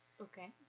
Okay